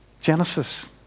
Genesis